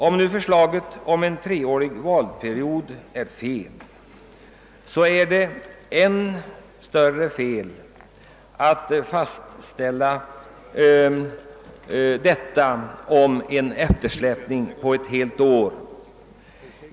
Om det nu är fel att föreslå en treårig valperiod så är det än mer fel att fatta beslut om en eftersläpning på ett helt år.